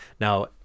Now